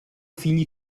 figli